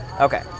Okay